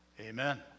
Amen